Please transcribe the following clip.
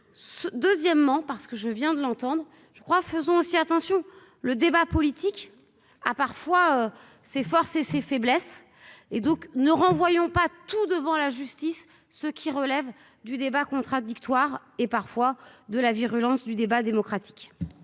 deuxièmement parce que je viens de l'entendre, je crois, faisons aussi attention le débat politique a parfois ses forces et ses faiblesses, et donc ne renvoyons pas tout devant la justice ce qui relève du débat contradictoire et parfois de la virulence du débat démocratique.